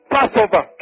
Passover